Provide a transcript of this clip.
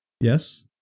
Yes